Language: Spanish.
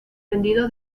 vendido